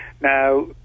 Now